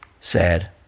sad